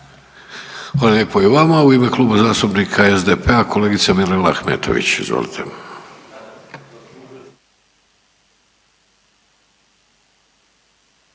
Hvala i vama.